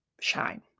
shine